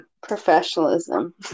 Professionalism